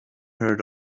heard